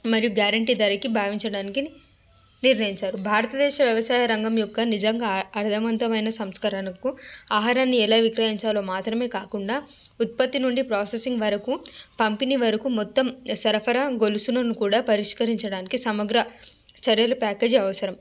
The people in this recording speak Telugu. మరియు గ్యారంటీ ధరకి భావించడానికి నిర్ణయించారు భారతదేశ వ్యవసాయరంగం యొక్క నిజంగా అ అర్ధవంతమైన సంస్కరణకు ఆహారాన్ని ఎలా విక్రయించాలో మాత్రమే కాకుండా ఉత్పత్తి నుండి ప్రాసెసింగ్ వరకు పంపిణి వరకు మొత్తం సరఫరా గొలుసులను వరకు పరిష్కరించడానికి సమగ్ర చర్యలు ప్యాకేజీ అవసరం